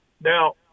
Now